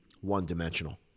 one-dimensional